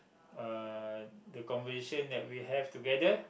uh the conversation that we have together